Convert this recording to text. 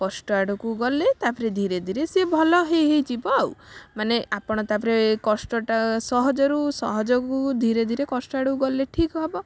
କଷ୍ଟ ଆଡ଼କୁ ଗଲେ ତା'ପରେ ଧୀରେ ଧୀରେ ସେ ଭଲ ହେଇ ହେଇଯିବ ଆଉ ମାନେ ଆପଣ ତାପରେ କଷ୍ଟଟା ସହଜ ରୁ ସହଜକୁ ଧୀରେ ଧୀରେ କଷ୍ଟ ଆଡ଼କୁ ଗଲେ ଠିକ୍ ହବ